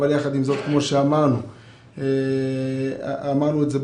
אבל כמו שאמרנו בהתחלה,